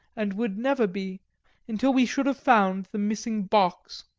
and would never be until we should have found the missing box.